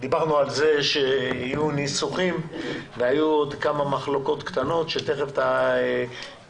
דיברנו על כך שיהיו ניסוחים והיו עוד כמה מחלקות קטנות שתכף נועה,